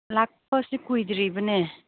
ꯂꯥꯛꯄꯁꯤ ꯀꯨꯏꯗ꯭ꯔꯤꯕꯅꯦ